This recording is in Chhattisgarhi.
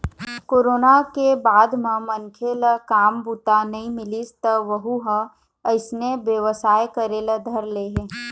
कोरोना के बाद म मनखे ल काम बूता नइ मिलिस त वहूँ ह अइसने बेवसाय करे ल धर ले हे